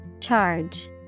Charge